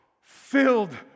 filled